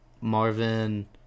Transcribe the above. Marvin